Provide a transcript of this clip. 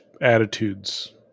attitudes